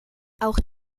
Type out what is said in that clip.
auch